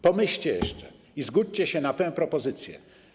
Pomyślcie jeszcze i zgódźcie się na tę propozycję.